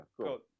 cool